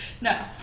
No